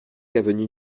avenue